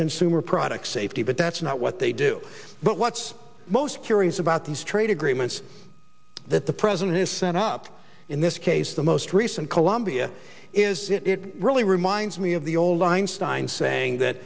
consumer products safety but that's not what they do but what's most curious about these trade agreements that the president has set up in this case the most recent colombia is that it really reminds me of the old einstein saying that